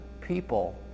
people